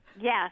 Yes